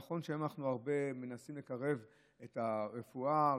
נכון שהיום אנחנו הרבה מנסים לקרב את הרפואה,